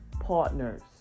partners